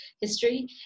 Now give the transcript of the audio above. history